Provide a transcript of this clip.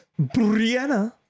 brianna